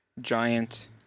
giant